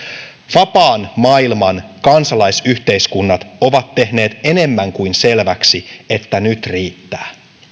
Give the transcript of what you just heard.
vapaan maailman kansalaisyhteiskunnat ovat tehneet enemmän kuin selväksi että nyt riittää